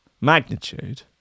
magnitude